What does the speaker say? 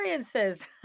experiences